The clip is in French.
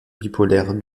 bipolaire